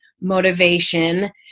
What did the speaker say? motivation